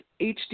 HD